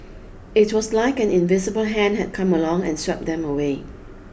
it was like an invisible hand had come along and swept them away